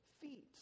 feet